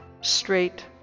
straight